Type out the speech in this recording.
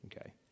okay